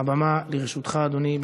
הבמה לרשותך, אדוני.